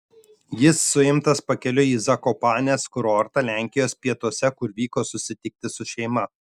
jis suimtas pakeliui į zakopanės kurortą lenkijos pietuose kur vyko susitikti su šeima